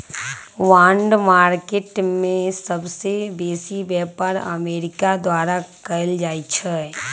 bond market में सबसे बेसी व्यापार अमेरिका द्वारा कएल जाइ छइ